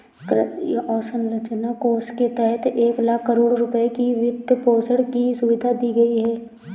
कृषि अवसंरचना कोष के तहत एक लाख करोड़ रुपए की वित्तपोषण की सुविधा दी गई है